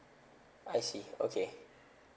I see okay